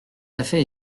cafés